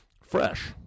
fresh